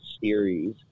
series